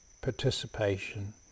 participation